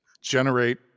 generate